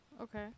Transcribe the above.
Okay